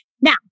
Now